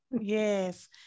Yes